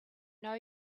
know